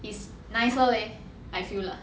is nicer leh I feel lah